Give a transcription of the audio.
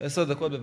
עשר דקות, בבקשה.